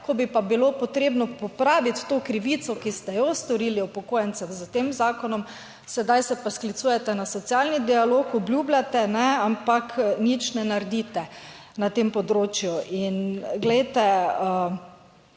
ko bi pa bilo potrebno popraviti to krivico, ki ste jo storili upokojencem s tem zakonom, sedaj se pa sklicujete na socialni dialog, obljubljate, ampak nič ne naredite na tem področju in glejte,